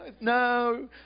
No